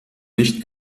nicht